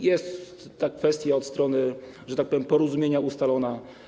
Jest ta kwestia od strony - że tak powiem - porozumienia ustalona.